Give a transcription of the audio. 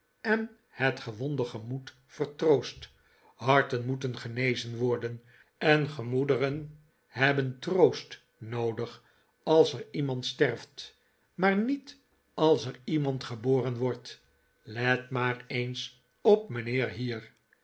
en het gewonde gemoed vertroost harten moeten genezen worden en gemoederen hebben troost noodig als er iemand sterft maar niet als er iemand geboren wordt let maar eens op mijnheer hier